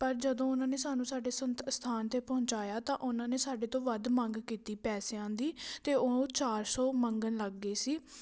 ਪਰ ਜਦੋਂ ਉਹਨਾਂ ਨੇ ਸਾਨੂੰ ਸਾਡੇ ਸੰਤ ਅਸਥਾਨ 'ਤੇ ਪਹੁੰਚਾਇਆ ਤਾਂ ਉਹਨਾਂ ਨੇ ਸਾਡੇ ਤੋਂ ਵੱਧ ਮੰਗ ਕੀਤੀ ਪੈਸਿਆਂ ਦੀ ਤਾਂ ਉਹ ਚਾਰ ਸੌ ਮੰਗਣ ਲੱਗ ਗਏ ਸੀ